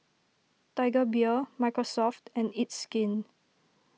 Tiger Beer Microsoft and It's Skin